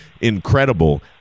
incredible